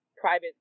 private